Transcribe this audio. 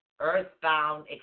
earthbound